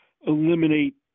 eliminate